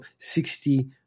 60